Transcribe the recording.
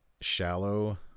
shallow